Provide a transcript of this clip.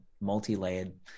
multi-layered